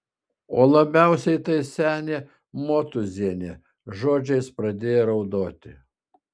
o labiausiai tai senė motūzienė žodžiais pradėjo raudoti